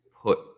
put